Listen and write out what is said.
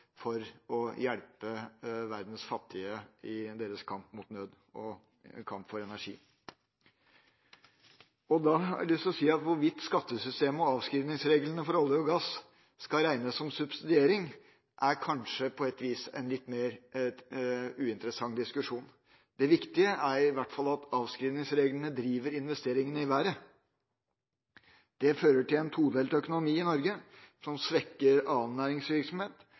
for å hjelpe verdens fattige i deres kamp mot nød og for energi. Da er spørsmålet om hvorvidt skattesystemet og avskrivingsreglene for olje og gass skal regnes som subsidiering, kanskje på et vis en litt mer uinteressant diskusjon. Det viktige er i hvert fall at avskrivingsreglene driver investeringene i været. Det fører til en todelt økonomi i Norge som svekker annen næringsvirksomhet,